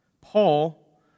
Paul